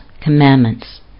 commandments